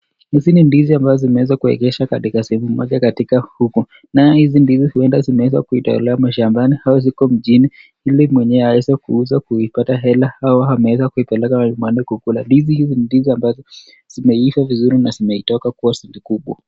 Hizi ni ndizi ambazo zimeeza kuegesha katika sehemu moja katika, huku, naye hizi ndizi huenda zimeweza kuitolewa mashambani, au xiko mjini, ili mwenyewe aweze kuuza kuipata hela, au ameeza kuipeleka nyumbani kukula, ndizi hizi ni ndizi ambazo zimeiva vizuri na zimetoka zikiwa kubwa.